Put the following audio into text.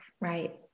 right